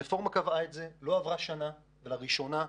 הרפורמה קבעה את זה, לא עברה שנה, ולראשונה,